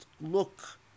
look